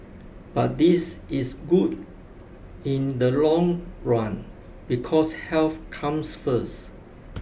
but this is good in the long run because health comes first